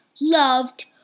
loved